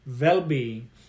well-being